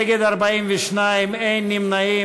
נגד, 42, אין נמנעים.